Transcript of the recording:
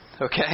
Okay